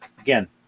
Again